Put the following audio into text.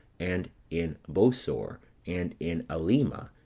and in bosor, and in alima,